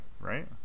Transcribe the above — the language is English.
right